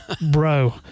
Bro